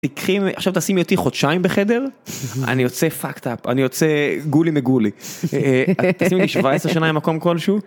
תקחי, עכשיו תשימי אותי חודשיים בחדר אני יוצא פאקד-אפ אני יוצא גולי מגולי.תשימי אותי 17 שנה במקום כלשהו...